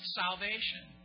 salvation